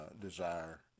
desire